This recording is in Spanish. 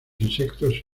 insectos